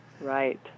Right